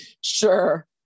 sure